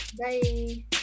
Bye